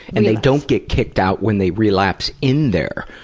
and they don't get kicked out when they relapse in there,